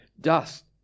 dust